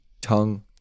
tongue